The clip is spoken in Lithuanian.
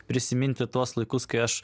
prisiminti tuos laikus kai aš